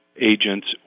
agents